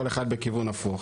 כל אחד בכיוון הפוך.